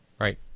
right